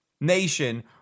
nation